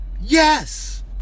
Yes